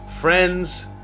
friends